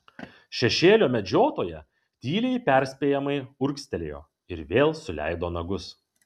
šešėlio medžiotoja tyliai perspėjamai urgztelėjo ir vėl suleido nagus